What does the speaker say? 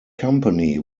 company